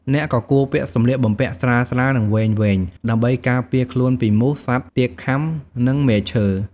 អ្នកក៏គួរពាក់សម្លៀកបំពាក់ស្រាលៗ និងវែងៗដើម្បីការពារខ្លួនពីមូស សត្វទាកខាំ និងមែកឈើ។